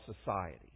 society